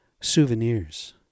souvenirs